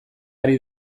ari